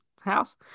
house